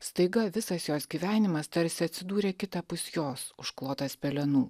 staiga visas jos gyvenimas tarsi atsidūrė kitapus jos užklotas pelenų